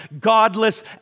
godless